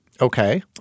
Okay